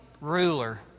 ruler